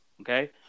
Okay